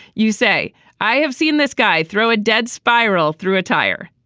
you say i have seen this guy throw a dead spiral through a tire.